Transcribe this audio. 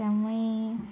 त्यामुळे